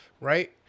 right